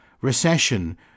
recession